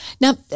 Now